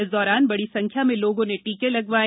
इस दौरान बड़ी संख्या में लोगों ने टीके लगवाये